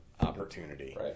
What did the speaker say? opportunity